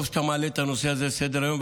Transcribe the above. טוב שאתה מעלה את הנושא הזה על סדר-היום,